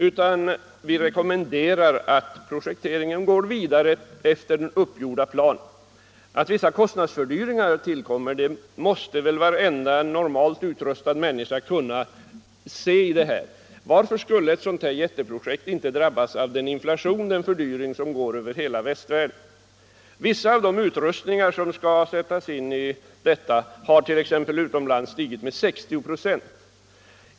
Man rekommenderar att projekteringen går vidare efter den uppgjorda planen. Att vissa kostnadsfördyringar tillkommer måste väl varenda normalt utrustad människa kunna se. Varför skulle ett sådant här jätteprojekt inte drabbas av den inflation och den fördyring som går över hela västvärlden? Priserna på vissa av de utrustningar som skall sättas in i detta stålverk har t.ex. utomlands stigit med 60 96.